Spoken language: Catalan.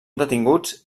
detinguts